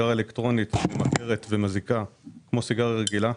סיגריה אלקטרונית ממכרת ומזיקה כמו סיגריה רגילה.